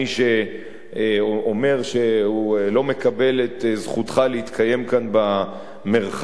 שאומר שהוא לא מקבל את זכותך להתקיים כאן במרחב,